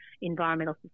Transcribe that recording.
environmental